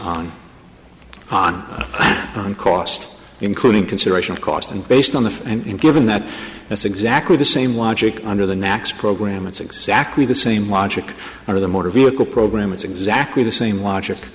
on on on cost including consideration of cost and based on the and given that that's exactly the same logic under the next program it's exactly the same logic or the motor vehicle program it's exactly the same logic